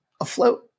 afloat